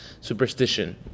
superstition